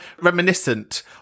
reminiscent